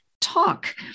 talk